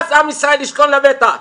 אז עם ישראל ישכון לבטח.